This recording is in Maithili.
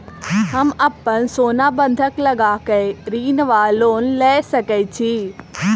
हम अप्पन सोना बंधक लगा कऽ ऋण वा लोन लऽ सकै छी?